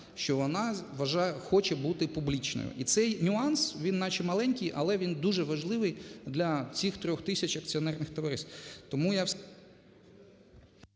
що вона хоче бути публічною. І цей нюанс, він, наче, маленький. Але, він дуже важливий для цих трьох тисяч акціонерних товариств.